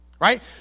Right